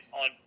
on